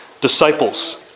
disciples